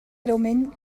greument